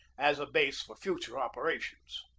as a base for future operations.